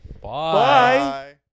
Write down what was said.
Bye